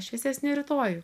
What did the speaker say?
šviesesnį rytojų